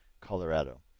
Colorado